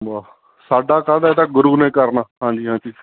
ਬਾਹ ਸਾਡਾ ਕਾਹਦਾ ਇਹ ਤਾਂ ਗੁਰੂ ਨੇ ਕਰਨਾ ਹਾਂਜੀ ਹਾਂਜੀ